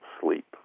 sleep